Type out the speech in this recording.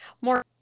more